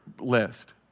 list